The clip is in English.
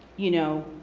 you know,